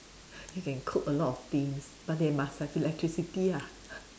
you can cook a lot of things but they must have electricity ah